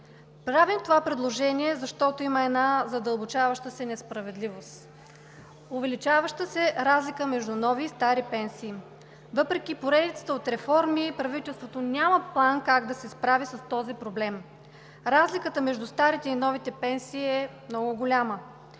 Правя това предложение, защото има една задълбочаваща се несправедливост – увеличаваща се разлика между нови и стари пенсии. Въпреки поредицата от реформи правителството няма план как да се справи с този проблем. Разликата между старите и новите пенсии е много голяма.